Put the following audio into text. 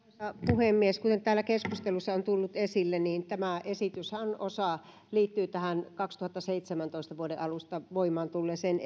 puhemies kuten täällä keskustelussa on tullut esille tämä esityshän liittyy tähän kaksituhattaseitsemäntoista vuoden alusta voimaan tulleeseen